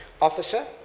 Officer